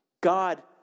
God